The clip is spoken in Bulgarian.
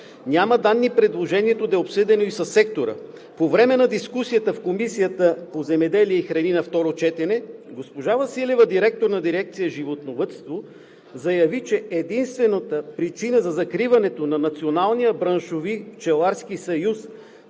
Няма данни предложението да е обсъдено и със сектора. По време на дискусията в Комисията по земеделието и храните на второ четене госпожа Василева – директор на Дирекция „Животновъдство“, заяви, че единствената причина за закриването на Националния браншови пчеларски съюз